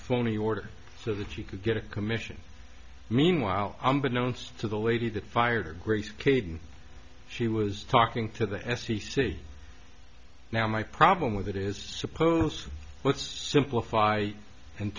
phony order so that you could get a commission meanwhile i'm been known to the lady that fired her great kid and she was talking to the f c c now my problem with it is suppose let's simplify and